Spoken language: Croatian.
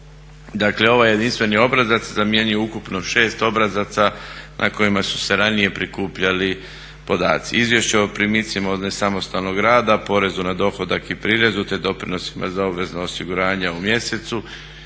Dakle, ovaj jedinstveni obrazac zamijenio je ukupno 6 obrazaca na kojima su se ranije prikupljali podaci. Izvješće o primicima od nesamostalnog rada, porezu na dohodak i prirezu, te doprinosima za obvezno osiguranje u mjesecu,